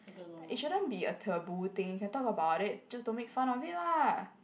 like it shouldn't be a taboo thing can talk about it just don't make fun of it lah